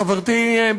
חברתי,